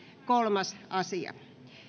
kolmas asia